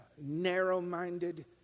narrow-minded